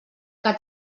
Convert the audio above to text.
que